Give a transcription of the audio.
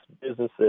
businesses